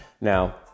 Now